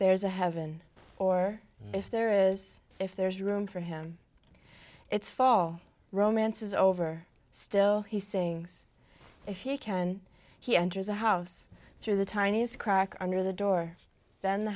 there's a heaven or if there is if there's room for him it's fall romance is over still he sings if he can he enters the house through the tiniest crack under the door then the